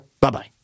Bye-bye